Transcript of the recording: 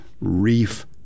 reef